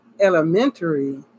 elementary